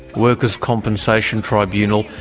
workers compensation tribunal,